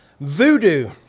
Voodoo